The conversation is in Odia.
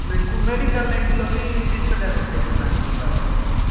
ନାଇଁ କୋଉ ମେଡିକାଲ ନେଇଥିଲ କି ଜିନିଷଟାକ ଖାଇକରି ତାଙ୍କୁ ଭଲ ଲାଗିଲା ବୋଲି କହିଲେ